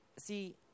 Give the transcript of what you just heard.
See